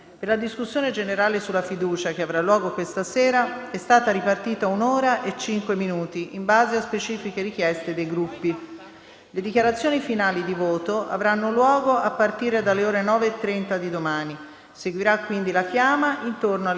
Le dichiarazioni finali di voto avranno luogo a partire dalle ore 9,30 di domani. Seguirà quindi la chiama, intorno alle ore 11. Dopo la votazione sulla questione di fiducia, l'Assemblea passerà alla deliberazione sul parere espresso dalla 1a Commissione permanente,